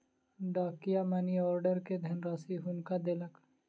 डाकिया money order के धनराशि हुनका देलक